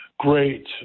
great